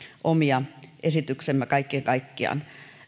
omia esityksiämme kaiken kaikkiaan